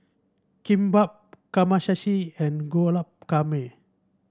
Kimbap Kamameshi and Guacamole